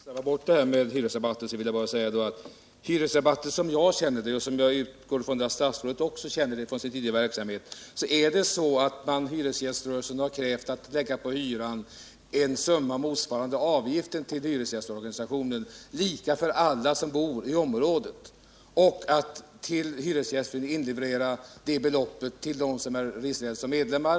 Herr talman! För att inte slarva bort detta med hyresrabatter vill jag bara säga att när det gäller hyresrabatterna —-som jag känner dem och som jag utgår från att statsrådet också känner dem från sin tidigare verksamhet — är det så att hyresgäströrelsen krävt att på hyran få lägga ett belopp motsvarande avgiften till hyresgästorganisationen, lika för alla som bor i området. Detta belopp skall inlevereras till hyresgistföreningen för dem som är registrerade som medlemmar.